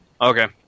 Okay